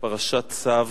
פרשת צו,